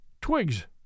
Twigs